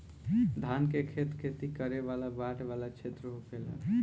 धान के खेत खेती करे वाला बाढ़ वाला क्षेत्र होखेला